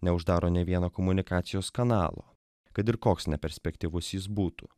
neuždaro nei vieno komunikacijos kanalo kad ir koks neperspektyvus jis būtų